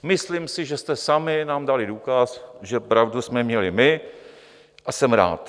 Myslím si, že jste sami nám dali důkaz, že pravdu jsme měli my, a jsem rád.